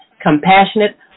compassionate